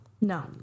No